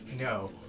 No